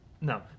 no